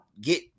get